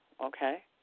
okay